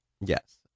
Yes